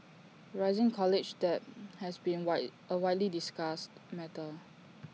rising college debt has been A widely discussed matter